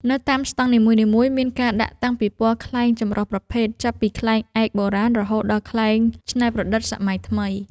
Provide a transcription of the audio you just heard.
នៅតាមស្ដង់នីមួយៗ មានការដាក់តាំងពិព័រណ៍ខ្លែងចម្រុះប្រភេទ ចាប់ពីខ្លែងឯកបុរាណ រហូតដល់ខ្លែងច្នៃប្រឌិតសម័យថ្មី។